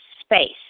space